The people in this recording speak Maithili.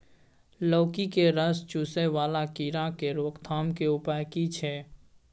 लौकी के रस चुसय वाला कीरा की रोकथाम के उपाय की छै?